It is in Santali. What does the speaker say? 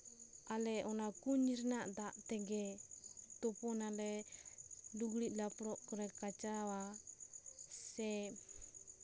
ᱟᱞᱮ ᱚᱱᱟ ᱠᱩᱧ ᱨᱮᱱᱟᱜ ᱫᱟᱜ ᱛᱮᱜᱮ ᱛᱩᱯᱩᱱ ᱟᱞᱮ ᱞᱩᱜᱽᱲᱤᱡ ᱞᱟᱯᱲᱚᱜ ᱠᱚᱞᱮ ᱠᱟᱸᱪᱟᱣᱼᱟ ᱥᱮ